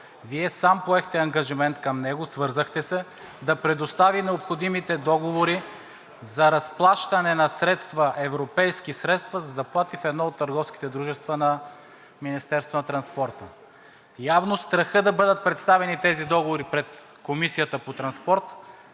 Вие сам поехте ангажимент към него, свързахте се, да предостави необходимите договори за разплащане на средства, европейски средства за заплати в едно от търговските дружества на Министерството на транспорта. Явно страхът да бъдат представени тези договори пред Комисията по транспорт